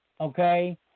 Okay